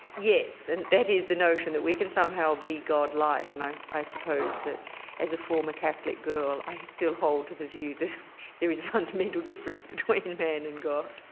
yes, and that is the notion that we can somehow be godlike and i i suppose that as a former catholic girl, i still hold to the view that there is a fundamental difference between man and god.